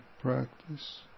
practice